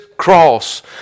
cross